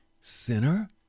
sinner